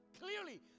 Clearly